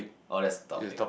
oh that's topic